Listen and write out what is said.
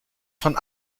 von